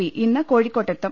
P ഇന്ന് കോഴിക്കോട്ടെത്തും